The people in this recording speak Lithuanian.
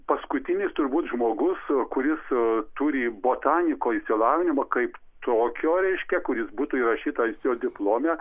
paskutinis turbūt žmogus kuris turi botaniko išsilavinimą kaip tokio reiškia kuris būtų įrašytas jo diplome